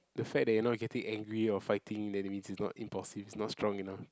the fact that you're not getting angry or fighting then it means it's not impulsive it's not strong enough